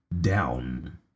down